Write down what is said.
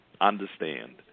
Understand